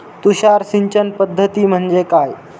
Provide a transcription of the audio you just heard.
तुषार सिंचन पद्धती म्हणजे काय?